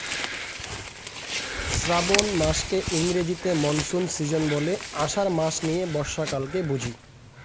শ্রাবন মাসকে ইংরেজিতে monsoon season বলে, আষাঢ় মাস নিয়ে বর্ষাকালকে বুঝি